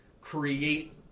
create